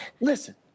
Listen